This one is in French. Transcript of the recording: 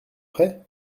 frais